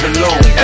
alone